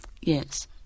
Yes